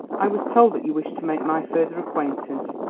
i was told that you wished to make my further acquaintance.